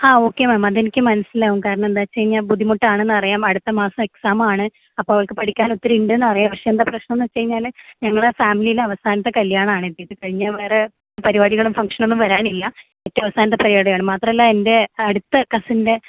ആ okay ma'am അതെനിക്ക് മനസിലാകും കാരണെന്താന്നുവെച്ചഴിഞ്ഞാൽ ബുദ്ധിമുട്ടാണെന്നറിയാം അടുത്തമാസം എക്സാമാണ് അപ്പോൾ അവൾക്ക് പഠിക്കാനൊത്തിരിയിണ്ടെന്നറിയാം പക്ഷേ എന്താ പ്രശ്നന്നുവെച്ചുകഴിഞ്ഞാൽ ഞങ്ങളുടെ ഫാമിലീലെ അവസാനത്തെ കല്യാണമാണ് ഇതുകഴിഞ്ഞാൽ വേറെ പരിപാടികളും ഫങ്ഷനൊന്നും വരാനില്ല ഏറ്റോം അവസാനത്തെ പരിപാടിയാണ് മാത്രമല്ല എൻ്റെ അടുത്ത കസിൻ്റെ